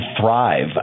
Thrive